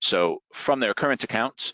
so from their current account